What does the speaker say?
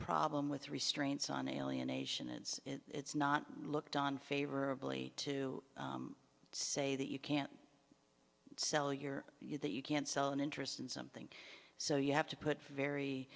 problem with restraints on alienation is it's not looked on favorably to say that you can't sell your you that you can't sell an interest in something so you have to put very